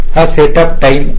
हा setup time आहे